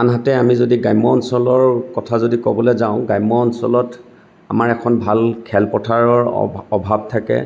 আনহাতে আমি যদি গ্ৰামাঞ্চলৰ কথা ক'বলৈ যাওঁ গ্ৰামাঞ্চলত আমাৰ এখন ভাল খেলপথাৰৰ অভাৱ থাকে